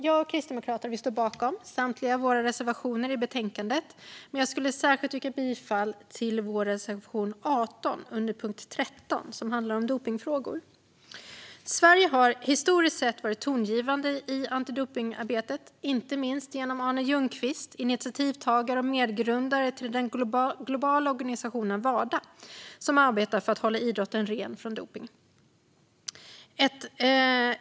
Jag och Kristdemokraterna står bakom samtliga våra reservationer i betänkandet, men jag yrkar bifall endast till vår reservation 18 under punkt 13, som handlar om dopningsfrågor. Sverige har historiskt sett varit tongivande i antidopningsarbetet, inte minst genom Arne Ljungqvist, initiativtagare till och medgrundare av den globala organisationen Wada, som arbetar för att hålla idrotten ren från dopning.